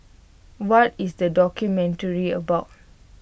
what is the documentary about